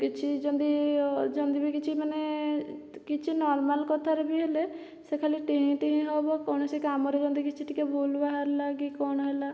କିଛି ଯେମିତି ଯେମିତି କି ବି କିଛି ମାନେ କିଛି ନର୍ମାଲ କଥାରେ ବି ହେଲେ ସେ ଖାଲି ଟିଂହିଁ ଟିଂହିଁ ହେବ କୌଣସି କାମରେ ଯେମିତି କିଛି ଟିକେ ଭୁଲ ବାହାରିଲା କି କଣ ହେଲା